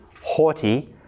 haughty